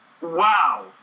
Wow